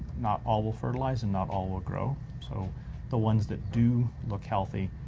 not all will fertilize and not all will grow. so the ones that do look healthy,